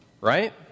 Right